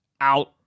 out